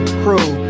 crew